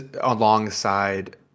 alongside